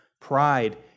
Pride